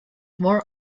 more